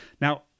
now